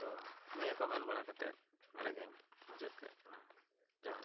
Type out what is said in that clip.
ᱛᱚ ᱱᱤᱭᱟᱹ ᱠᱚ ᱢᱮᱱ ᱵᱟᱲᱟ ᱠᱟᱛᱮᱫ ᱱᱚᱸᱰᱮᱜᱤᱧ ᱢᱩᱪᱟᱹᱫ ᱠᱟᱫ ᱛᱟᱞᱟᱝᱟ ᱡᱚᱦᱟᱨ